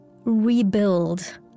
rebuild